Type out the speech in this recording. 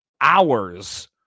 hours